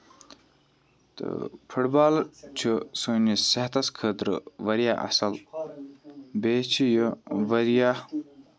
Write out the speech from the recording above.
تہٕ football چھُ سٲنِس صحتَس خٲطرٕ واریاہ اَصٕل بیٚیہِ چھُ یہِ واریاہ